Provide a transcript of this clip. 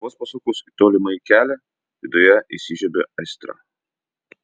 vos pasukus į tolimąjį kelią viduje įsižiebia aistra